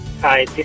Hi